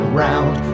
round